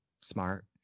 smart